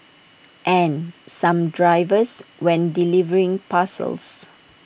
and some drivers when delivering parcels